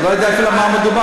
אני לא יודע אפילו על מה מדובר.